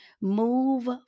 Move